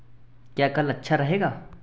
क्या कल अच्छा रहेगा